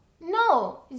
no